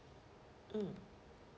mm